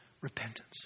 repentance